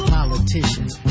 Politicians